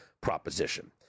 proposition